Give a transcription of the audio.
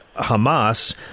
Hamas